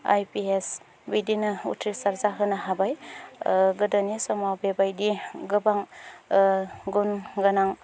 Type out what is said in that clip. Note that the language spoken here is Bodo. आइ पि एस बिदिनो उथ्रिसार जाहोनो हाबाय गोदोनि समाव बेबायदि गोबां गुनगोनां